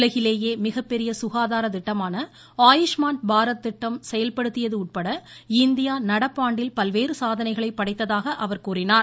உலகிலேயே மிகப்பெரிய சுகாதார திட்டமான ஆயுஷ்மான் பாரத் திட்டம் செயல்படுத்தியது உட்பட இந்தியா நடப்பாண்டில் பல்வேறு சாதனைகளை படைத்ததாக அவர் கூறினார்